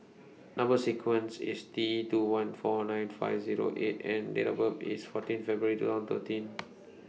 Number sequence IS T two one four nine five Zero eight and Date of birth IS fourteen February two thousand thirteen